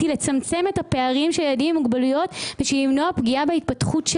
לגבי התוכנית לאי ביטחון